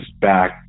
back